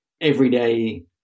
everyday